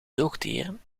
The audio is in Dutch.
zoogdieren